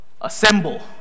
assemble